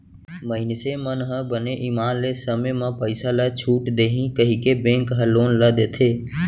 मइनसे मन ह बने ईमान ले समे म पइसा ल छूट देही कहिके बेंक ह लोन ल देथे